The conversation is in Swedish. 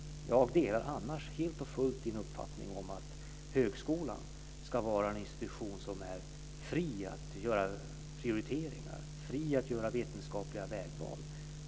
Jag delar annars helt och fullt hans uppfattning om att högskolan ska vara en institution som är fri att göra prioriteringar och fri att göra vetenskapliga vägval.